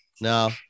No